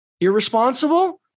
Irresponsible